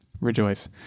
rejoice